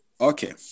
Okay